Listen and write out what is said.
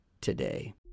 today